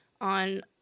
on